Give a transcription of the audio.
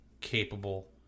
capable